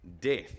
death